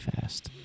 fast